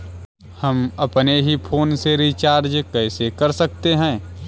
हम अपने ही फोन से रिचार्ज कैसे कर सकते हैं?